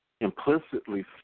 implicitly